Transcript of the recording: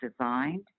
designed